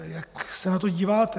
Jak se na to díváte?